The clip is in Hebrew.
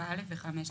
4(א) ו-5 לחוק.